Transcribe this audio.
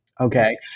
Okay